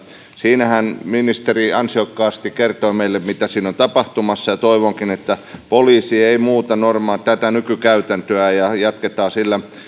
siinähän ministeri ansiokkaasti kertoi meille mitä on tapahtumassa ja toivonkin että poliisi ei muuta tätä nykykäytäntöä vaan jatketaan tällä